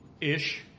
ish